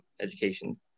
education